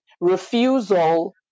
refusal